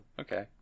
okay